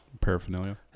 paraphernalia